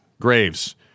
Graves